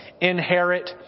inherit